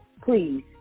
Please